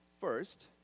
first